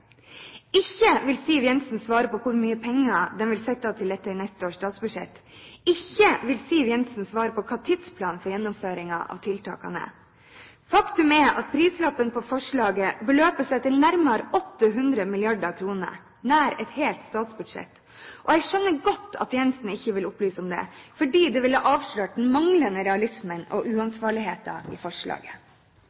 Ikke vil Siv Jensen svare på hvor mye penger de vil sette av til dette i neste års statsbudsjett, ikke vil Siv Jensen svare på hva tidsplanen for gjennomføringen av tiltakene er. Faktum er at prislappen på forslaget beløper seg til nærmere 800 mrd. kr – nær et helt statsbudsjett – og jeg skjønner godt at Jensen ikke vil opplyse om det, fordi det ville avslørt den manglende realismen og